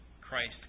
Christ